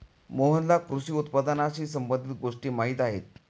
मोहनला कृषी उत्पादनाशी संबंधित गोष्टी माहीत आहेत